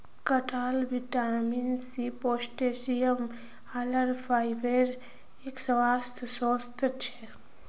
कटहल vitamin C, potassium, आहार फाइबरेर एक स्वस्थ स्रोत छे